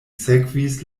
sekvis